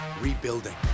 rebuilding